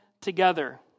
together